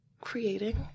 creating